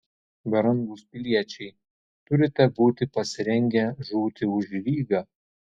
brangūs piliečiai turite būti pasirengę žūti už rygą